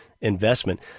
investment